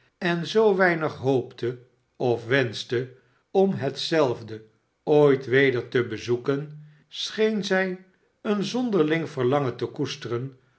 en zoo weinig hoopte of wenschte om hetzelve ooit weder te bezoeken scheen zij een zonderling verlangen te koesteren